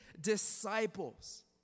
disciples